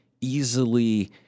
easily